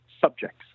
subjects